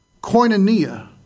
koinonia